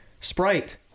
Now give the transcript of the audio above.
Sprite